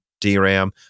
DRAM